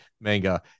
manga